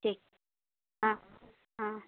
ঠিক অঁ